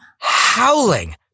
howling